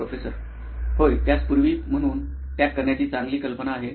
professor होय त्यास 'पूर्वी' म्हणून टॅग करण्याची चांगली कल्पना आहे